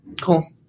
Cool